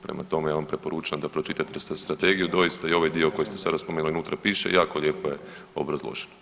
Prema tome ja vam preporučam da pročitate strategiju doista i ovaj dio koji ste sada spomenuli unutra piše, jako lijepo je obrazloženo.